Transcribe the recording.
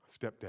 stepdad